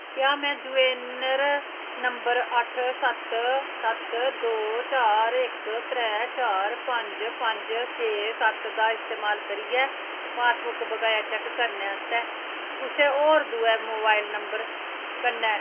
क्या में UAN number अट्ठ सत्त सत्त दो चार इक त्रै चार पंज पंज छे सत्त दा इस्तेमाल करियै पासबुक बकाया चैक करने आस्तै कुसै होर दुऐ मोबाइल नम्बर कन्नै